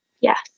Yes